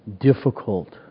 difficult